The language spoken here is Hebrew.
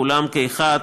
כולם כאחד.